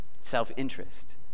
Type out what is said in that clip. Self-interest